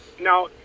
Now